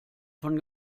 von